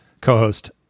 co-host